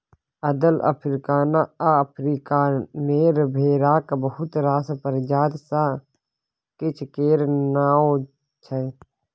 अदल, अफ्रीकाना आ अफ्रीकानेर भेराक बहुत रास प्रजाति मे सँ किछ केर नाओ छै